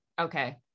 okay